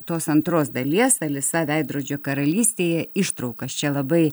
tos antros dalies alisa veidrodžio karalystėje ištraukas čia labai